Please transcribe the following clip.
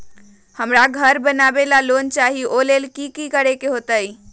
हमरा घर बनाबे ला लोन चाहि ओ लेल की की करे के होतई?